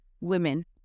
women